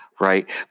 Right